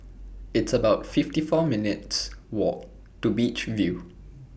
It's about fifty four minutes' Walk to Beach View